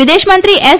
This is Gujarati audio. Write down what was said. વિદેશમંત્રી એસ